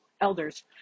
elders